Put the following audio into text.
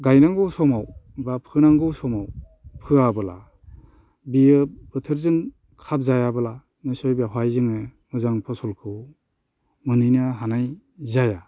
गायनांगौ समाव बा फोनांगौ समाव फोआब्ला बियो बोथोरजों खाबजायाब्ला मोनसे बेयावहाय जोङो मोजां फसलखौ मोनहैनो हानाय जाया